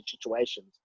situations